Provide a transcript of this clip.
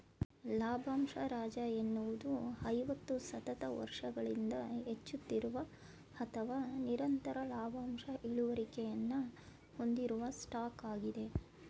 ಲಾಭಂಶ ರಾಜ ಎನ್ನುವುದು ಐವತ್ತು ಸತತ ವರ್ಷಗಳಿಂದ ಹೆಚ್ಚುತ್ತಿರುವ ಅಥವಾ ನಿರಂತರ ಲಾಭಾಂಶ ಇಳುವರಿಯನ್ನ ಹೊಂದಿರುವ ಸ್ಟಾಕ್ ಆಗಿದೆ